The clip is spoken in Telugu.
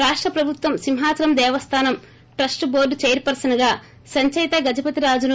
రాష్ట ప్రభుత్వం సింహాచలం దేవస్థానం ట్రస్ట బోర్డు చైర్పర్సన్గా సంచయిత గజపతిరాజును